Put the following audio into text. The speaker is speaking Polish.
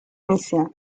misja